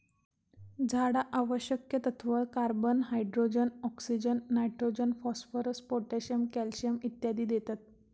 झाडा आवश्यक तत्त्व, carbon, hydrogen, oxygen, nitrogen, phosphorus, potassium, calcium इत्यादी देतत